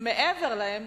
מעבר לזה,